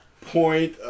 point